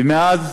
ומאז